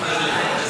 יושב-ראש